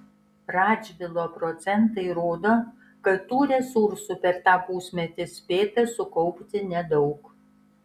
radžvilo procentai rodo kad tų resursų per tą pusmetį spėta sukaupti nedaug